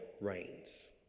reigns